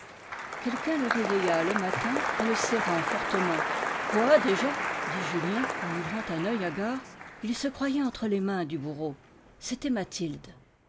quelqu'un le réveilla le matin en le serrant fortement quoi déjà dit julien en ouvrant un oeil hagard il se croyait entre les mains du bourreau c'était mathilde